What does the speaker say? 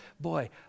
boy